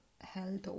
health